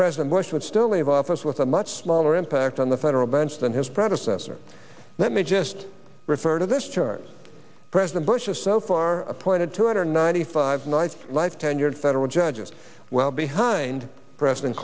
president bush would still leave office with a much smaller impact on the federal bench than his predecessor let me just refer to this terms president bush has so far appointed two hundred ninety five nice life tenured federal judges well behind president